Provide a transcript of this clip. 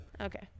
okay